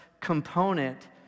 component